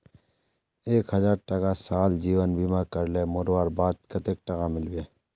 एक हजार टका साल जीवन बीमा करले मोरवार बाद कतेक टका मिलबे?